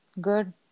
good